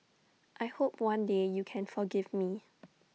I hope one day you can forgive me